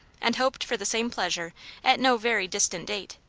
and hoped for the same pleasure at no very distant date.